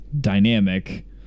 dynamic